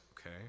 okay